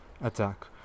attack